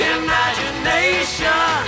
imagination